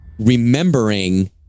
remembering